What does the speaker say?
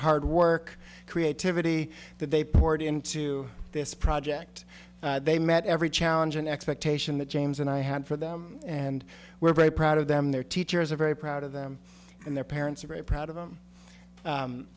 hard work creativity that they poured into this project they met every challenge an expectation that james and i had for them and we're very proud of them their teachers are very proud of them and their parents are very proud of them